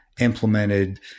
Implemented